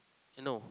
you know